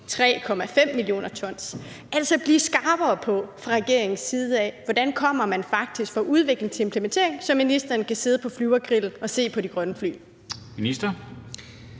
3,5 mio. t. Kan man blive skarpere fra regeringens side på, hvordan man faktisk kommer fra udvikling til implementering, så ministeren kan sidde på Flyvergrillen og se på de grønne fly?